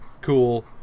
Cool